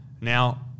Now